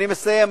אני מסיים.